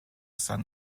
son